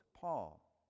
Paul